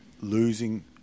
losing